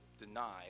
deny